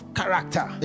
character